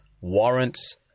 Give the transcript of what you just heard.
warrants